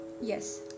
Yes